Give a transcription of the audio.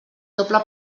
doble